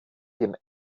dem